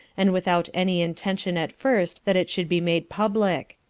and without any intention at first that it should be made public.